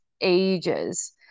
ages